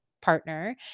partner